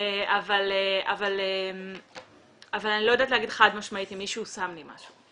אבל אני לא יודעת להגיד חד משמעית אם מישהו שם לי משהו.